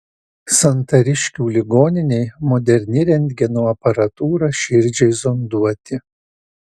santariškių ligoninei moderni rentgeno aparatūra širdžiai zonduoti